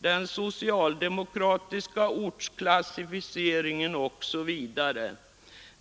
den ”socialdemokratiska” ortsklassificeringen osv.